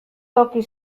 toki